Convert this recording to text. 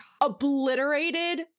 obliterated